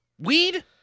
Weed